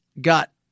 got